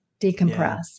decompress